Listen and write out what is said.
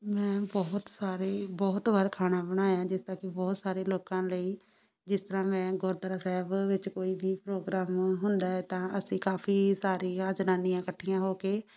ਮੈਂ ਬਹੁਤ ਸਾਰੇ ਬਹੁਤ ਵਾਰ ਖਾਣਾ ਬਣਾਇਆ ਜਿਸ ਤਰ੍ਹਾਂ ਕਿ ਬਹੁਤ ਸਾਰੇ ਲੋਕਾਂ ਲਈ ਜਿਸ ਤਰ੍ਹਾਂ ਮੈਂ ਗੁਰਦੁਆਰਾ ਸਾਹਿਬ ਵਿੱਚ ਕੋਈ ਵੀ ਪ੍ਰੋਗਰਾਮ ਹੁੰਦਾ ਹੈ ਤਾਂ ਅਸੀਂ ਕਾਫੀ ਸਾਰੀਆਂ ਜਨਾਨੀਆਂ ਇਕੱਠੀਆਂ ਹੋ ਕੇ